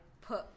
put